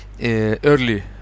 Early